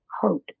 hurt